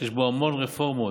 שיש בו המון רפורמות,